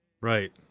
right